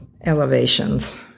elevations